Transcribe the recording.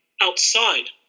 outside